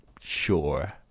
sure